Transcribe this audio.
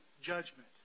judgment